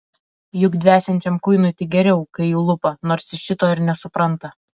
juk dvesiančiam kuinui tik geriau kai jį lupa nors jis šito ir nesupranta